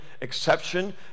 exception